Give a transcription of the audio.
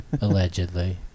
Allegedly